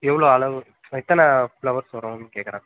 எவ்வளோ அளவு எத்தனை ஃப்ளவர்ஸ் வருன்னு கேட்கறேன்